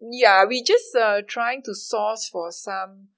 ya we just uh trying to source for some